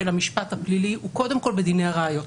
המשפט הפלילי הם קודם כול בדיני הראיות.